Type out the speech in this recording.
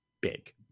big